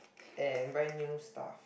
and buy new stuff